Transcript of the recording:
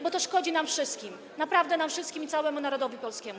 bo to szkodzi nam wszystkim, naprawdę nam wszystkim, i całemu narodowi polskiemu.